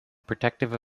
protective